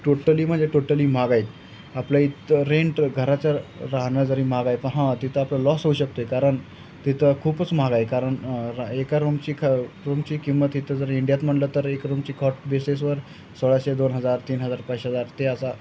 totally म्हणजे totally महाग आहे आपल्या इथं रेंट घराचं राहणं जरी महाग आहे पण हां तिथं आपलं लॉस होऊ शकतो आहे कारण तिथं खूपच महाग आहे कारण एका रूमची ख रूमची किंमत इथं जर इंडियात म्हणलं तर एक रूमची कॉट बेसिसवर सोळाशे दोन हजार तीन हजार पाच हजार ते असा